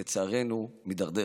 לצערנו, מידרדר.